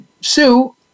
Sue